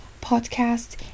podcast